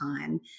time